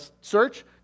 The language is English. search